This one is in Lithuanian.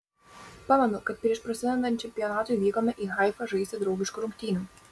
pamenu kad prieš prasidedant čempionatui vykome į haifą žaisti draugiškų rungtynių